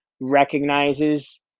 recognizes